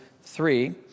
three